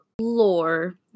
lore